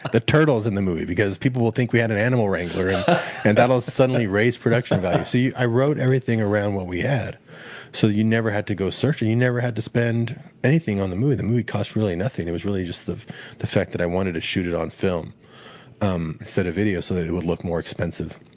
the turtle's in the movie because people will think we had an animal wrangler and that will suddenly raise production value. i wrote everything around what we had so you never had to go search, and you never had to spend anything on the movie. the movie cost really nothing. it was really just the the fact that i wanted to shoot it on film um instead of video so that it would look more expensive,